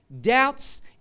doubts